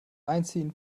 einziehen